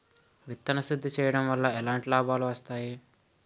విత్తన శుద్ధి చేయడం వల్ల ఎలాంటి లాభాలు వస్తాయి?